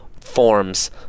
forms